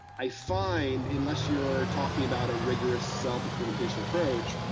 i find, unless you're talking about a rigorous self-experimentation approach,